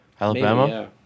Alabama